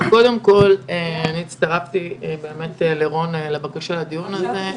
קודם כל, הצטרפתי לרון בבקשה לדיון הזה.